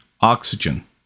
oxygen